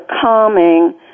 calming